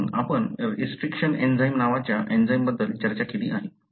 म्हणून आपण restriction enzyme नावाच्या एंजाइमबद्दल चर्चा केली आहे